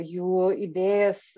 jų idėjas